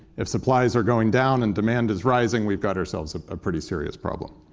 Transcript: if supplies are going down and demand is rising, we've got ourselves a pretty serious problem.